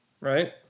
right